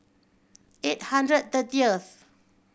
eight hundred thirtieth